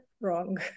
wrong